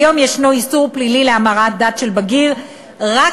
כיום יש איסור פלילי להמרת דת של בגיר רק